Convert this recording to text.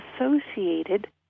associated